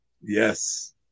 Yes